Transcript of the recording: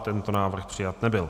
Tento návrh přijat nebyl.